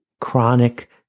chronic